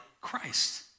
Christ